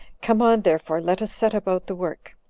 come on, therefore, let us set about the work.